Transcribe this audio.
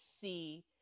see